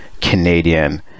canadian